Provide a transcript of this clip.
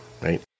right